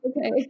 okay